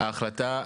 ההחלטה,